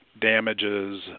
damages